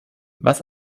was